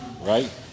right